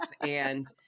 and-